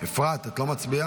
את חוק-יסוד: